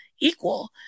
equal